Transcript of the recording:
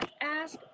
ask